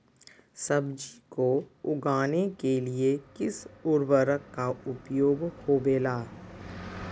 सब्जी को उगाने के लिए किस उर्वरक का उपयोग होबेला?